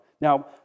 Now